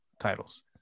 titles